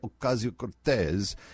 Ocasio-Cortez